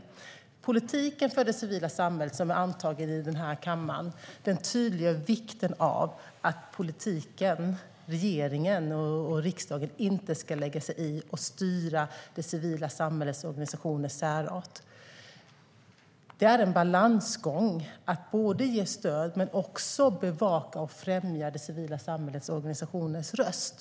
Den politik för det civila samhället som är antagen av den här kammaren tydliggör vikten av att politiken - regeringen och riksdagen - inte ska lägga sig i och styra det civila samhällets organisationer med särart. Det är en balansgång att både ge stöd och också bevaka och främja det civila samhällets organisationers röst.